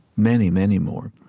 many, many more.